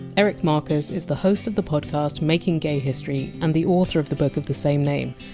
eric marcus is the host of the podcast making gay history, and the author of the book of the same name,